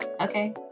okay